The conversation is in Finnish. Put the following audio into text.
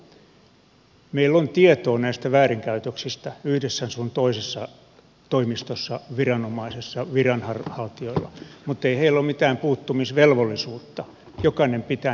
meillä on tietoa näistä väärinkäytöksistä yhdessä sun toises sa toimistossa viranomaisessa viranhaltijoilla mutta ei heillä ole mitään puuttumisvelvollisuutta jokainen pitää ne tiedot itsellään